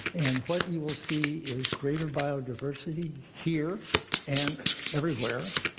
and what you will see is greater biodiversity here and everywhere.